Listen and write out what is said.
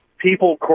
people